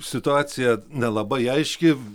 situacija nelabai aiški